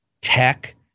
tech